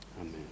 Amen